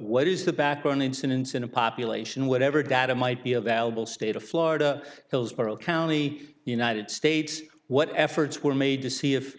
what is the background incidence in a population whatever data might be available state of florida hillsborough county united states what efforts were made to see if